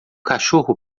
cachorro